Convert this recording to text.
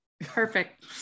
Perfect